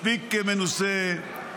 מספיק מנוסה,